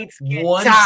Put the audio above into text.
one